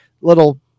little